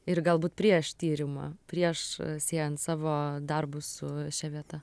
ir galbūt prieš tyrimą prieš siejant savo darbus su šia vieta